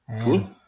cool